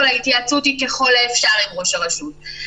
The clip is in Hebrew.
ההתייעצות היא "ככל האפשר" עם ראש הרשות.